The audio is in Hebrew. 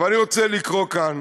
אני רוצה לקרוא כאן